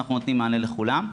אנחנו נותנים מענה לכולם,